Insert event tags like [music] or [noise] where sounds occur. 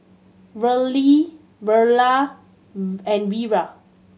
Verle Verla [unintelligible] and Vira